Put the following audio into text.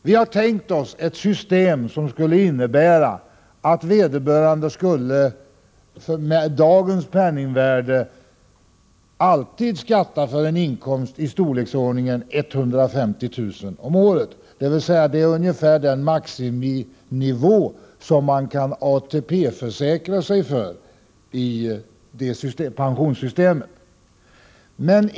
Vi har tänkt oss ett system som skulle innebära att vederbörande alltid skulle skatta för en inkomst i storleksordningen 150 000 kr. om året i dagens penningvärde. Det är ungefär den maxnivå som man kan ATP-försäkra sig för.